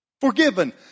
Forgiven